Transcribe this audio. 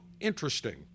interesting